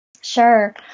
Sure